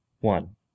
one